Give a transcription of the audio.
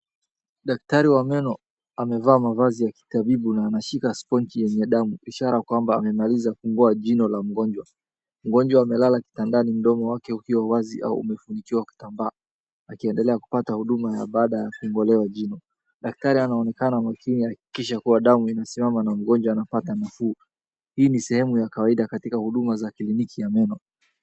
daktari wa meno amevaa mavazi ya kitibabu na anashika sponge yenye damu ishara kuwa amemaliza kung`oa jino la mgonjwa. Mgonjwa amelala kitandani mdomo wake ukiwa wazi au umefunikiwa kitambaa akiendelea kupata huduma ya baada ya kung`olea jino. Daktari anaonekana akihakikisha kuwa damu imesimama na mgojwa ampepata nafuu. Hii ni sehemu ya kawaida katika huduma za kliniki ya meno.